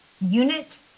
unit